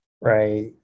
Right